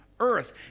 earth